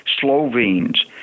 Slovenes